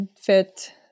fit